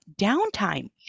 downtime